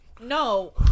No